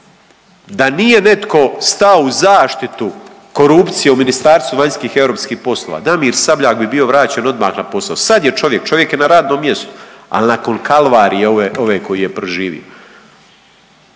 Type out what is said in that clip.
da nije netko stao u zaštitu korupcije u Ministarstvu vanjskih i europskih poslova Damir Sabljak bi bio vraćen odmah na posao. Sad je čovjek, čovjek je na radnom mjestu, ali nakon kalvarije ove koju je proživio.